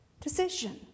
decision